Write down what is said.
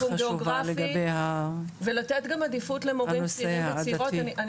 גיאוגרפי ולתת גם עדיפות למורים צעירים וצעירות.